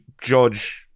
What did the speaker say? judge